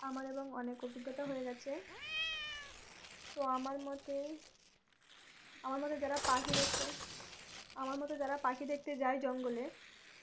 আমার এবং অনেক অভিজ্ঞতা হয়ে গেছে তো আমার মতে আমার মতে যারা পাখি দেখতে আমার মতো যারা পাখি দেখতে যায় জঙ্গলে